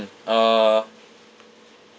uh